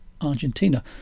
Argentina